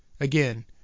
Again